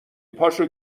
پاشو